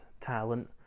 talent